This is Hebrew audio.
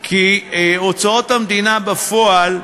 כי הוצאות המדינה בפועל,